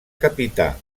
capità